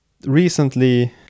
recently